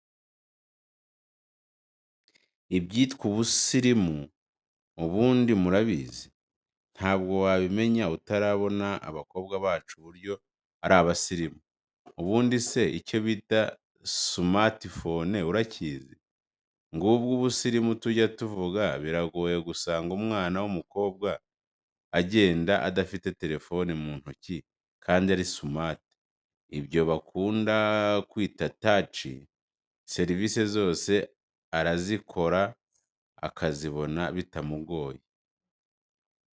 Ibyitwa ubusirimu ubundi murabizi? ntabwo wabimenya utarabona abakobwa bacu uburyo arabasirimu. Ubundise icyobita sumati fone urakizi? ngubwo ubusirimu tujya tuvuga biragoye gusanga umwana w,umukobwa agenda adafite terifoni muntuki kandi ari sumati ibyo bakunda kwita taci serivise zose arazikorera akazibona bitamugoye.